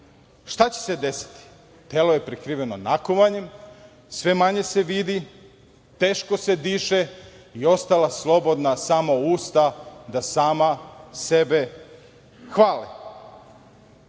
Šta će se desiti? Telo je prekriveno nakovanjem, sve manje se vidi, teško se diše i ostala su slobodna samo usta da sama sebe hvale. Duboko